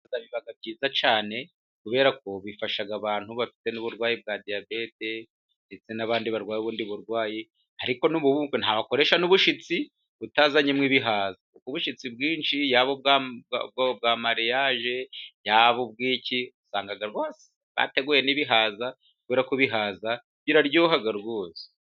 Ibihaza biba byiza cyane kubera ko bifasha abantu bafite n'uburwayi bwa diyabete ndetse n'abandi barwaye ubundi burwayi, ariko no mu bukwe ntabwo wakoresha n'ubushitsi utazanyemo ibihaza. Kuko ubushitsi bwinshi yaba ubwa mariyaje yaba ubw'iki usanga rwose bateguye n'ibihaza kubera ko ibihaza biraryoha rwose.